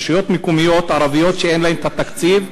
רשויות מקומיות ערביות אין להן את התקציב,